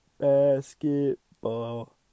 basketball